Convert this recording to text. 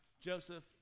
Joseph